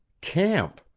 camp!